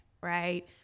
right